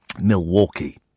Milwaukee